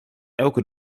elke